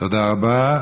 תודה רבה.